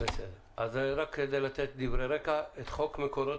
רק כדי לתת דברי רקע: את חוק מקורות